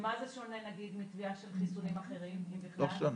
במה זה שונה מתביעה של חיסונים אחרים, אם בכלל?